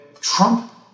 Trump